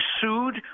sued